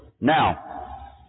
Now